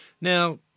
Now